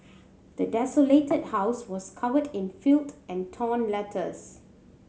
the desolated house was covered in filth and torn letters